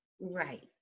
right